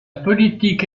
politique